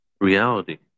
reality